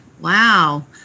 Wow